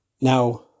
Now